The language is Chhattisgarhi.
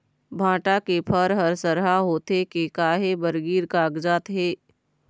भांटा के फर हर सरहा होथे के काहे बर गिर कागजात हे?